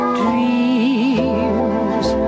dreams